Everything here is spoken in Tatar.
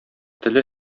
теле